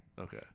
Okay